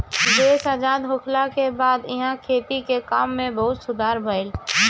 देश आजाद होखला के बाद इहा खेती के काम में बहुते सुधार भईल